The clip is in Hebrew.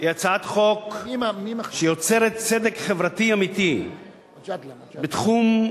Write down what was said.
היא הצעת חוק שיוצרת צדק חברתי אמיתי בתחום שהוא,